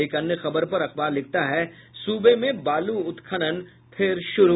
एक अन्य खबर पर अखबार लिखता है सूबे में बालू उत्खनन फिर शुरू